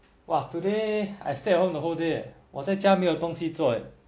!wah! today I stay at home the whole day eh 我在家没有东西做 eh